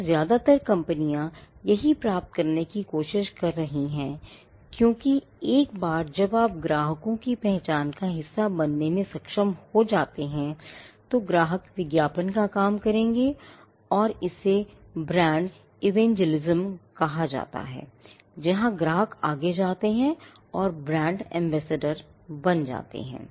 तो ज्यादातर कंपनियां यही प्राप्त करने की कोशिश कर रही हैं क्योंकि एक बार जब आप अपने ग्राहकों की पहचान का हिस्सा बनने में सक्षम हो जाते हैं तो ग्राहक विज्ञापन का काम करेंगे और इसे brand evangelism कहा है जहां ग्राहक आगे जाते हैं और ब्रांड एंबेसडर बन जाते हैं